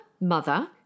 mother